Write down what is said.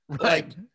right